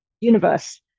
universe